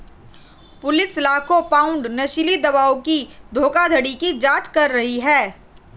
police लाखों pound नशीली दवाओं की धोखाधड़ी की जांच कर रही है